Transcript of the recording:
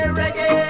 reggae